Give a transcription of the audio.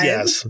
Yes